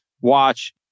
watch